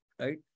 Right